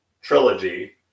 trilogy